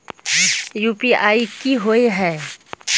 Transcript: UPI की होय है?